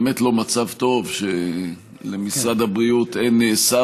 באמת לא מצב טוב שלמשרד הבריאות אין שר